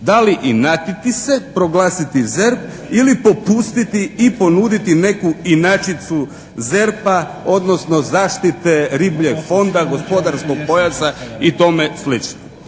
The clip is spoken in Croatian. Da li inatiti se, proglasiti ZERP? Ili popustiti i ponuditi neku inačicu ZERP-a odnosno zaštite ribljeg fonda, gospodarskog pojasa i tome